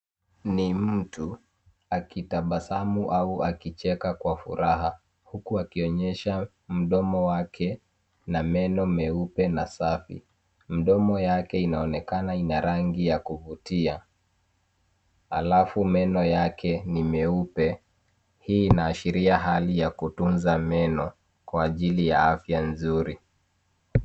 Ni mtu akitabasamu au akicheka kwa furaha, huku akionyeesha mdomo wake na meno meupe na safi. Mdomo yake inaonekana ina rangi ya kuvutia, halafu meno yake ni meupe. Hii inaashiria hali ya kutunza meno kwa ajili ya afya nzuri.